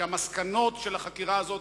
ואני מצפה שהמסקנות של החקירה הזאת